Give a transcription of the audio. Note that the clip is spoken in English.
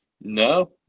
No